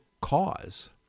cause